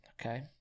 Okay